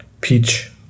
Peach